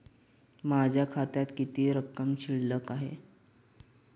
माझ्या खात्यात किती रक्कम शिल्लक आहे?